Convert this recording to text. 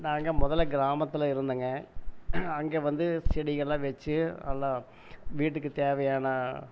நாங்கள் முதலில் கிராமத்தில் இருந்தோம்ங்க அங்கே வந்து செடிகள்லாம் வச்சு நல்ல வீட்டுக்கு தேவையான